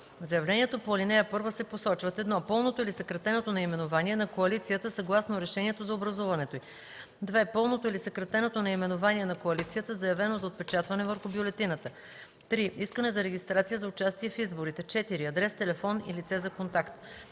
В заявлението по ал. 1 се посочват: 1. пълното или съкратеното наименование на коалицията съгласно решението за образуването й; 2. пълното или съкратеното наименование на коалицията, заявено за отпечатване върху бюлетината; 3. искане за регистрация за участие в изборите; 4. адрес, телефон и лице за контакт.